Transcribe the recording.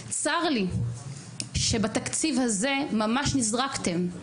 צר לי שבתקציב הזה ממש נזרקתם,